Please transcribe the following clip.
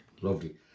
Lovely